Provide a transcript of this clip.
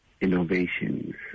innovations